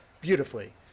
beautifully